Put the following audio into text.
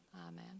Amen